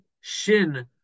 Shin